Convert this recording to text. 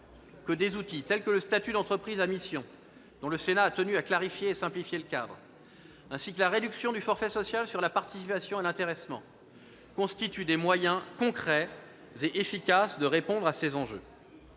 que des outils, tels que le statut d'entreprise à mission, dont le Sénat a tenu à clarifier et simplifier le régime, ainsi que la réduction du forfait social sur la participation et l'intéressement constituent des moyens concrets et efficaces de répondre à ces enjeux.